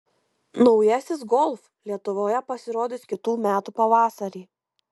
naujasis golf lietuvoje pasirodys kitų metų pavasarį